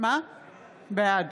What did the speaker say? בעד